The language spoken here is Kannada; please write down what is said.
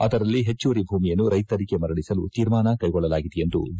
ಅದರಲ್ಲಿ ಹೆಚ್ಚುವರಿ ಭೂಮಿಯನ್ನು ರೈತರಿಗೆ ಮರಳಸಲು ತೀರ್ಮಾನ ಕೈಗೊಳ್ಳಲಾಗಿದೆ ಎಂದು ವಿ